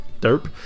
Dope